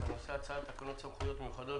בנושא: הצעת תקנות סמכויות מיוחדות